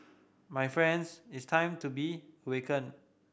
my friends it's time to be awaken